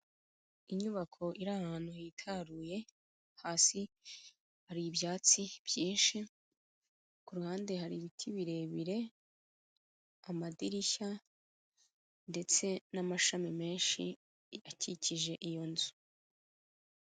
Inyubako iri ahantu hitaruye, hasi hari ibyatsi byinshi, ku ruhande hari ibiti birebire, amadirishya ndetse n'amashami menshi akikije iyo nzu.